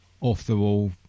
off-the-wall